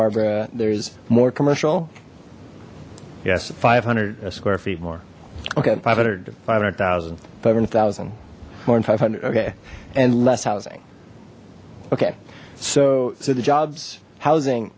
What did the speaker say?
barbara there's more commercial yes five hundred square feet more okay five hundred five hundred thousand five hundred thousand more in five hundred okay and less housing okay so so the jobs housing